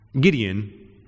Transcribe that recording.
Gideon